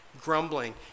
grumbling